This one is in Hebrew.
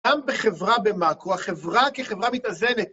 גם בחברה במאקו, החברה כחברה מתאזנת.